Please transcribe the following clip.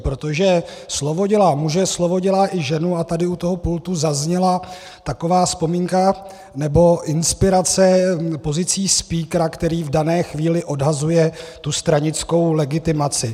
Protože slovo dělá muže, slovo dělá i ženu, a tady u toho pultu zazněla taková vzpomínka nebo inspirace pozicí spíkra, který v dané chvíli odhazuje tu stranickou legitimaci.